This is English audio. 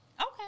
Okay